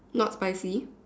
not spicy